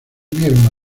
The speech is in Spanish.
unieron